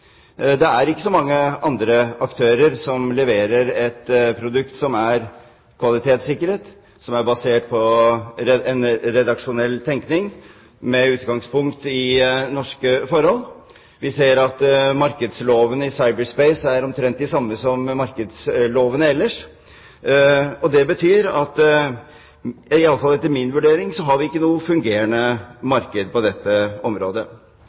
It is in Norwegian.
Det er ikke så mange andre aktører som leverer et produkt som er kvalitetssikret, som er basert på en redaksjonell tenkning med utgangspunkt i norske forhold. Vi ser at markedslovene i cyberspace er omtrent de samme som markedslovene ellers. Det betyr, i hvert fall etter min vurdering, at vi ikke har noe fungerende marked på dette området.